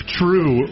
true